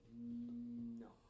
No